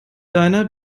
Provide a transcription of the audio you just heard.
deiner